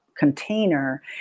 Container